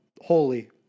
Holy